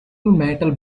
metal